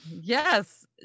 yes